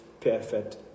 perfect